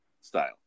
style